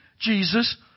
Jesus